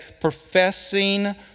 professing